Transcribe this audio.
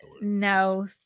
No